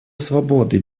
свободой